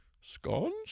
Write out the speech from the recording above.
scones